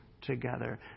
together